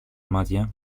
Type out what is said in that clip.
μάτια